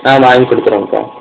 ஆ வாங்கி கொடுத்துறேங்க்கா